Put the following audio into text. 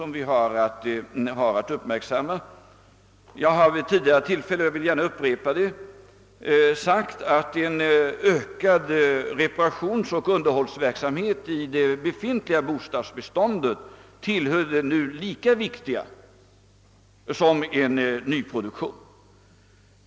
Jag har vid tidigare tillfällen sagt, och jag vill gärna upprepa det, att en ökad reparationsoch underhållsverksamhet i det befintliga bostadsbeståndet nu är lika viktig som nyproduktionen.